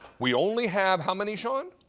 we only have how many, sean?